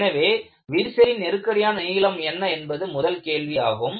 எனவே விரிசலின் நெருக்கடியான நீளம் என்ன என்பது முதல் கேள்வி ஆகும்